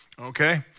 Okay